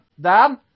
dan